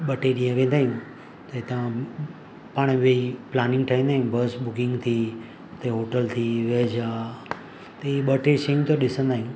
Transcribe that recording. ॿ टे ॾींहं वेंदा आहियूं त हितां पाण विही प्लानिंग ठाहींदा आहियूं बस बुकिंग थी किथे होटल थी वेज आहे त इहे ॿ टे शयूं त ॾिसंदा आहियूं